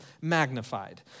magnified